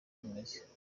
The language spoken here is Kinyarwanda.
bimeze